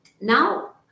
Now